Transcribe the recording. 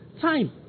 Time